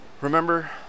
Remember